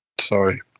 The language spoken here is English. Sorry